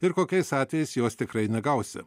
ir kokiais atvejais jos tikrai negausi